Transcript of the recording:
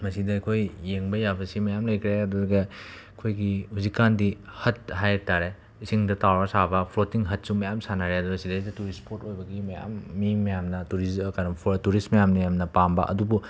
ꯃꯁꯤꯗ ꯑꯩꯈꯣꯏ ꯌꯦꯡꯕ ꯌꯥꯕꯁꯤ ꯃꯌꯥꯝ ꯂꯩꯈ꯭ꯔꯦ ꯑꯗꯨꯒ ꯑꯩꯈꯣꯏꯒꯤ ꯍꯧꯖꯤꯛꯀꯥꯟꯗꯤ ꯍꯠ ꯍꯥꯏ ꯇꯥꯔꯦ ꯏꯁꯤꯡꯗ ꯇꯥꯎꯔꯒ ꯁꯥꯕ ꯐ꯭ꯂꯣꯇꯤꯡ ꯍꯠꯁꯨ ꯃꯌꯥꯝ ꯁꯥꯅꯔꯦ ꯑꯗꯨꯗ ꯁꯤꯗꯩꯗ ꯇꯨꯔꯤꯁ ꯁ꯭ꯄꯣꯠ ꯑꯣꯏꯕꯒꯤ ꯃꯌꯥꯝ ꯃꯤ ꯃꯌꯥꯝꯅ ꯇꯨꯔꯤꯖ ꯀꯩꯅꯣ ꯇꯨꯔꯤꯁ ꯃꯌꯥꯝꯅ ꯌꯥꯝꯅ ꯄꯥꯝꯕ ꯑꯗꯨꯕꯨ